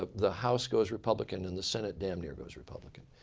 ah the house goes republican and the senate damn near goes republican.